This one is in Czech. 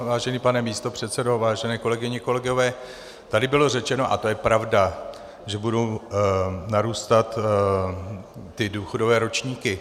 Vážený pane místopředsedo, vážené kolegyně, kolegové, tady bylo řečeno, a to je pravda, že budou narůstat důchodové ročníky.